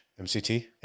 MCT